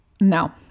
No